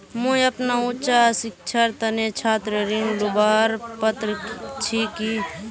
मुई अपना उच्च शिक्षार तने छात्र ऋण लुबार पत्र छि कि?